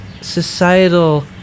societal